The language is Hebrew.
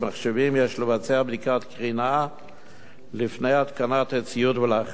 יש לבצע בדיקת קרינה לפני התקנת הציוד ואחריה.